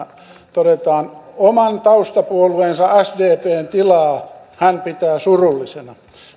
todetaan oman taustapuolueensa sdpn tilaa hän pitää surullisena